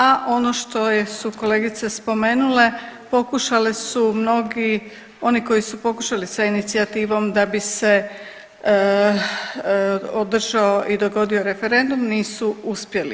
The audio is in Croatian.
A ono što su kolegice spomenule pokušale su, mnogi koji su pokušali sa inicijativom da bi se održao i dogodio referendum nisu uspjeli.